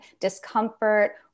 discomfort